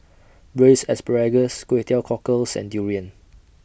Braised Asparagus Kway Teow Cockles and Durian